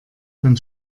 dann